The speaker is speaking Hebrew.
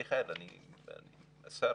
מיכאל, השר,